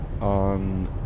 on